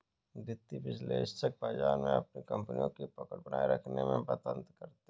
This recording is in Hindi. वित्तीय विश्लेषक बाजार में अपनी कपनियों की पकड़ बनाये रखने में मदद करते हैं